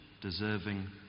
deserving